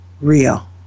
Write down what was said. real